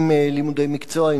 אם לימודי מקצוע,